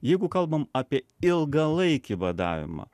jeigu kalbam apie ilgalaikį badavimą